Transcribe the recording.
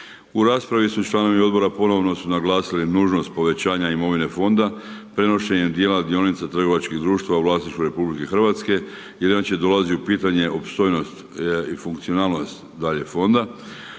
U raspravi su članovi odbora, ponovno su naglasili nužnost povećanje imovine fonda, prenošenje dijela dionica trgovačkih društva u vlasništvu RH, jer inače dolazi u pitanje opstojnost i funkcionalnost fonda.